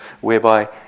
whereby